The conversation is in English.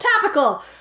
Topical